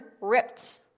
ripped